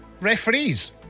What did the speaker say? Referees